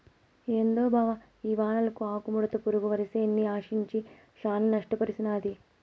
ఏందో బావ ఈ వానలకు ఆకుముడత పురుగు వరిసేన్ని ఆశించి శానా నష్టపర్సినాది